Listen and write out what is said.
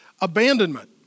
abandonment